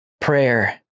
prayer